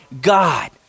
God